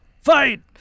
Fight